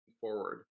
forward